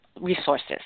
resources